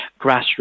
grassroots